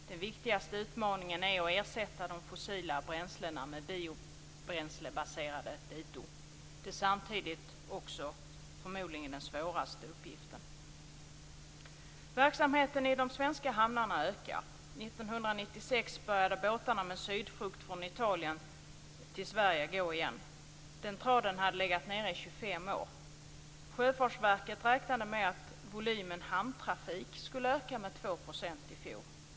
Den viktigaste utmaningen är att ersätta de fossila bränslena med biobränslebaserade dito. Detta är samtidigt förmodligen också den svåraste uppgiften. började båtarna med sydfrukt från Italien till Sverige att gå igen. Den traden hade legat nere i 25 år. Sjöfartsverket räknade med att volymen hamntrafik skulle öka med 2 % i fjol.